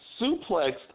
suplexed